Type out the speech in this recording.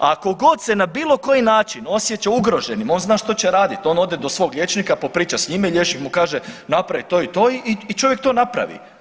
A tko god se na bilo koji način osjeća ugroženim on zna što će raditi, on ode do svog liječnika, popriča s njime, liječnik mu kaže napravit to i to i čovjek to napravi.